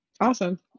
Awesome